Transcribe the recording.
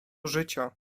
życia